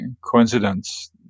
coincidence